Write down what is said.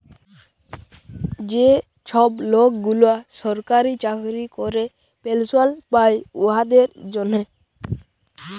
যে ছব লকগুলা সরকারি চাকরি ক্যরে পেলশল পায় উয়াদের জ্যনহে